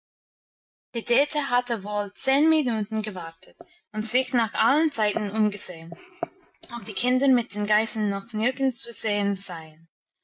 die dete hatte wohl zehn minuten gewartet und sich nach allen seiten umgesehen ob die kinder mit den geißen noch nirgends zu sehen seien